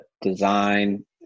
design